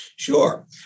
Sure